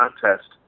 contest